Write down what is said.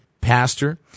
pastor